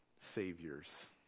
saviors